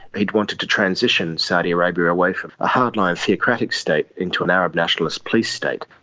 had wanted to transition saudi arabia away from a hard-line theocratic state into an arab nationalist police state.